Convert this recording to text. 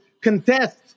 contest